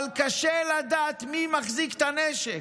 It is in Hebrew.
אבל קשה לדעת מי מחזיק את הנשק.